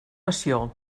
passió